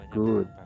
good